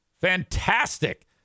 Fantastic